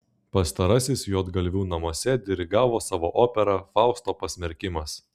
pastarasis juodgalvių namuose dirigavo savo operą fausto pasmerkimas